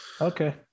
Okay